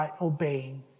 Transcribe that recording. obeying